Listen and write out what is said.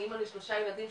אני אמא לשלושה ילדים,